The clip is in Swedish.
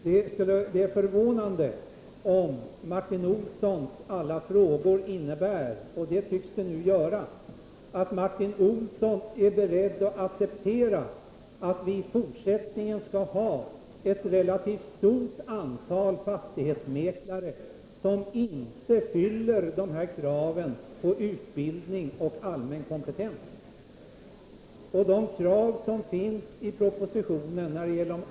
Det är förvånande om Martin Olssons alla frågor innebär — och det tycks de göra — att Martin Olsson är beredd att acceptera att vi i fortsättningen skall ha ett relativt stort antal fastighetsmäklare som inte fyller de krav på utbildning och allmän kompetens som ställs i propositionen.